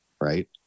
right